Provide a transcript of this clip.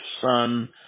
Son